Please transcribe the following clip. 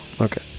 Okay